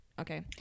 okay